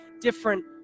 different